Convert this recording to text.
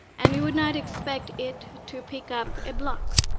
and you would not expect it to pick up a block.